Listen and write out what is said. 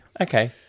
Okay